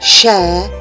share